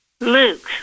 Luke